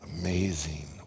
amazing